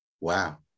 wow